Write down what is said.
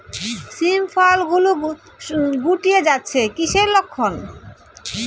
শিম ফল গুলো গুটিয়ে যাচ্ছে কিসের লক্ষন?